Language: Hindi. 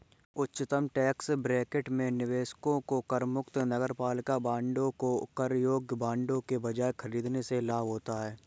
उच्चतम टैक्स ब्रैकेट में निवेशकों को करमुक्त नगरपालिका बांडों को कर योग्य बांडों के बजाय खरीदने से लाभ होता है